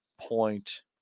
Point